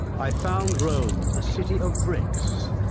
i found rome a city of bricks,